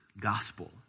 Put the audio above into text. gospel